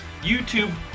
YouTube